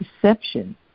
perception